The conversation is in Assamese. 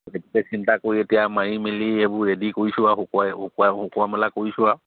সেইটোকে চিন্তা কৰি এতিয়া মাৰি মেলি এইবোৰ ৰেডি কৰিছোঁ আৰু শুকুৱাই শুকুৱাই শুকোৱা মেলা কৰিছোঁ আৰু